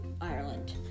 Ireland